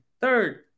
third